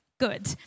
Good